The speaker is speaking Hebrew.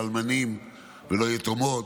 לא אלמנים ולא יתומות.